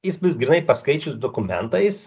įspūdis grynai paskaičius dokumentais